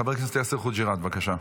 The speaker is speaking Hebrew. חבר הכנסת יאסר חוג'יראת, בבקשה.